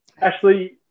Ashley